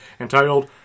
entitled